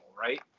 right